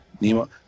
Nemo